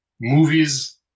movies